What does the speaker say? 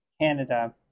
Canada